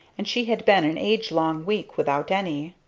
and she had been an agelong week without any.